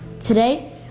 Today